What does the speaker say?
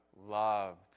loved